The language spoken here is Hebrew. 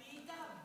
אני איתם.